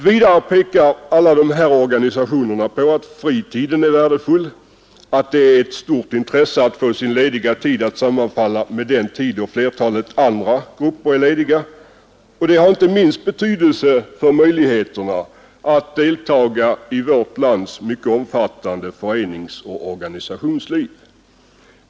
Vidare pekar alla dessa organisationer på att fritiden är värdefull, att det är ett stort intresse att få sin lediga tid att sammanfalla med den tid då flertalet andra grupper är lediga, och det har inte minst betydelse för möjligheterna att delta i det i vårt land mycket omfattande föreningsoch organisationslivet.